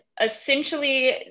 essentially